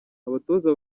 abatoza